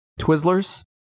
Twizzlers